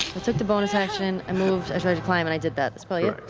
i took the bonus action, i moved, i tried to climb and i did that. that's probably ah it?